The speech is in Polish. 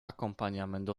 akompaniament